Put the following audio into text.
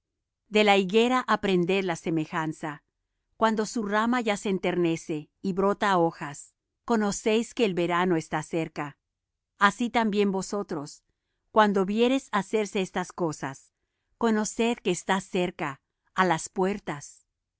de la higuera aprended la semejanza cuando su rama ya se enternece y brota hojas conocéis que el verano está cerca así también vosotros cuando viereis hacerse estas cosas conoced que está cerca á las puertas